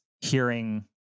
hearing